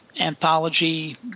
anthology